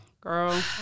girl